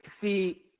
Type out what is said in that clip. see